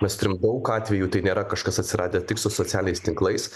mes turim daug atvejų tai nėra kažkas atsiradę tik su socialiniais tinklais